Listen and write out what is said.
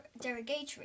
derogatory